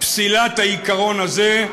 פסילת העיקרון הזה,